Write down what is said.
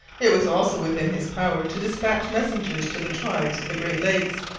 it was also within his power to dispatch messengers to the tribes of the great lakes.